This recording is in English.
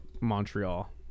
Montreal